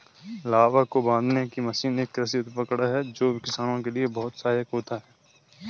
लावक को बांधने की मशीन एक कृषि उपकरण है जो किसानों के लिए बहुत सहायक होता है